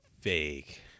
Fake